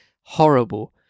horrible